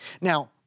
Now